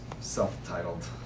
Self-titled